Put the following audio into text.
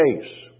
case